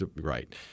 Right